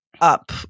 up